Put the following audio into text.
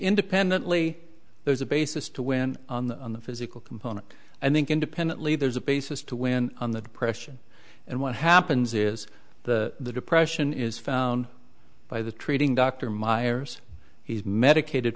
independently there's a basis to when on the physical component i think independently there's a basis to win on the depression and what happens is the depression is found by the treating dr myers he's medicated